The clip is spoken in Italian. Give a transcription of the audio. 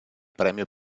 premio